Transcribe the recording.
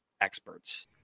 experts